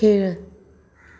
खेळ